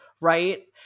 right